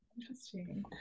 interesting